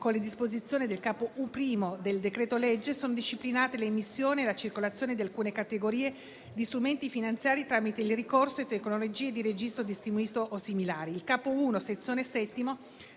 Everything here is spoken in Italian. con le disposizioni del capo I del decreto-legge sono disciplinate l'emissione e la circolazione di alcune categorie di strumenti finanziari tramite il ricorso a tecnologie di registro distribuito o similari. Il capo I, sezione